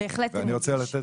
בהחלט אני אגיש.